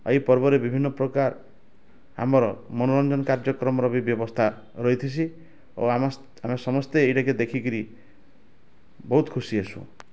ଏଇ ପର୍ବରେ ବିଭିନ୍ନ ପ୍ରକାର୍ ଆମର୍ ମନୋରଞ୍ଜନ୍ କାର୍ଯ୍ୟକ୍ରମ୍ ର ବି ବ୍ୟବସ୍ଥା ରହିଥିସି ଓ ଆମ ଆମେ ସମସ୍ତେ ଏଇଟାକେ ଦେଖିକରି ବହୁତ୍ ଖୁସି ହେସୁ